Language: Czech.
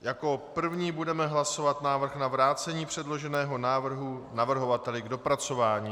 Jako první budeme hlasovat návrh na vrácení předloženého návrhu navrhovateli k dopracování.